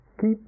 keep